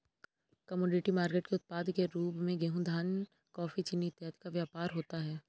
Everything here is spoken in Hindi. कमोडिटी मार्केट के उत्पाद के रूप में गेहूं धान कॉफी चीनी इत्यादि का व्यापार होता है